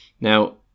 Now